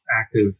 active